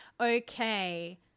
Okay